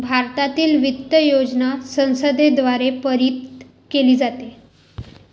भारतातील वित्त योजना संसदेद्वारे पारित केली जाते